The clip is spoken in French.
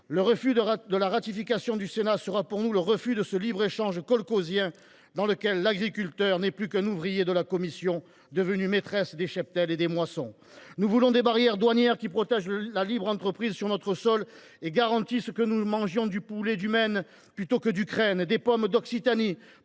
Le refus de la ratification du Sénat sera, pour nous, le refus de ce libre échange kolkhozien par lequel l’agriculteur n’est plus qu’un ouvrier de la Commission européenne, devenue maîtresse des cheptels et des moissons. Nous voulons des barrières douanières qui protègent la libre entreprise sur notre sol et garantissent que nous mangions du poulet du Maine plutôt que d’Ukraine, des pommes d’Occitanie